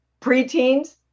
preteens